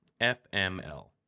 FML